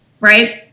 Right